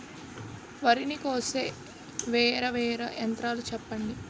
వరి ని కోసే వేరా వేరా యంత్రాలు చెప్పండి?